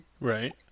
Right